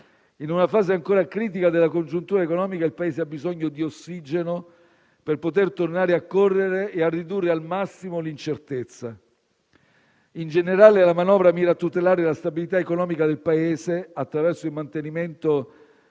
in una fase ancora critica della congiuntura economica, il Paese ha bisogno di ossigeno per poter tornare a correre e a ridurre al massimo l'incertezza. In generale, la manovra mira a tutelare la stabilità economica del Paese attraverso il mantenimento